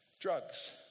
Drugs